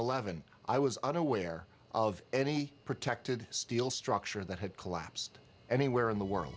eleven i was unaware of any protected steel structure that had collapsed anywhere in the world